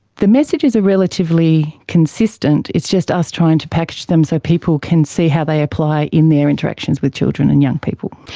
the messages are relatively consistent, it's just us trying to package them so people can see how they apply in their interactions with children and young people.